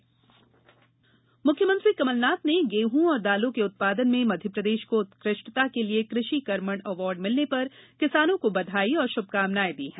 मुख्यमंत्री बधाई मुख्यमंत्री कमलनाथ ने गेहूं और दालों के उत्पादन में मध्यप्रदेश को उत्कृष्टता के लिए कृषि कर्मण अवार्ड मिलने पर किसानों को बधाई और श्भकामनाएं दी हैं